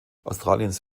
australiens